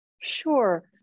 sure